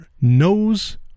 knows